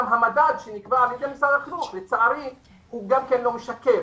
גם המדד שנקבע על-ידי משרד החינוך גם הוא לצערי לא משקף,